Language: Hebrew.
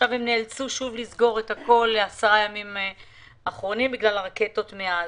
עכשיו הם נאלצו לסגור שוב את הכול בגלל הרקטות מעזה.